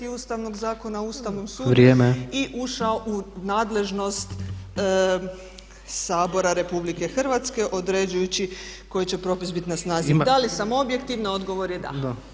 Ustavnog zakona o Ustavnom sudu i ušao u nadležnost Sabora RH određujući koji će propis biti na snazi, da li sam objektivna, odgovor je da.